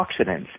antioxidants